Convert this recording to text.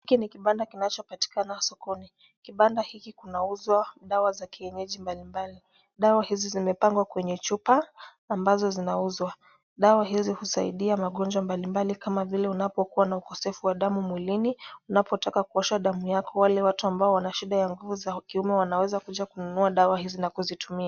Hiki ni kibanda kinachopatikana sokoni. Kibanda hiki kunauza dawa za kienyeji mbalimbali. Dawa hizi zimepangwa kwenye chupa ambazo zinauzwa. Dawa hizi husaidia magonjwa mbalimbali kama vile unapokuwa na ukosefu wa damu mwilini, unapotaka kuoshwa damu yako, wale watu ambao wana shida ya nguvu za kiume wanaweza kuja kuzinunua na kuzitumia.